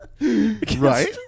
right